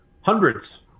hundreds